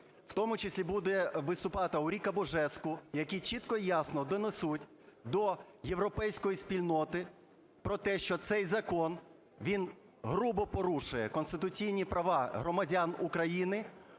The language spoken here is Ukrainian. в тому числі буде виступати Ауріка Божеску, які чітко і ясно донесуть до європейської спільноти про те, що цей закон, він грубо порушує конституційні права громадян України,